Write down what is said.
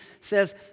says